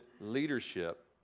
leadership